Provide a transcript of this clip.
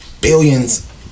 Billions